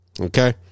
Okay